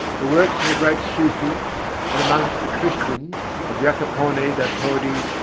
the works of the great sufis, and amongst the christians of jacopone da todi,